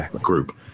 group